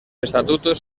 estatutos